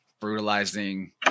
brutalizing